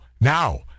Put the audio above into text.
now